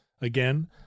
again